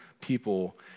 people